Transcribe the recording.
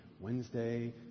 Wednesday